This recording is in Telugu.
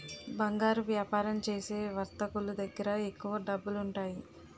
బంగారు వ్యాపారం చేసే వర్తకులు దగ్గర ఎక్కువ డబ్బులుంటాయి